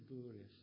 glorious